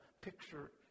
picture